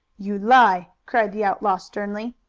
you lie! cried the outlaw sternly.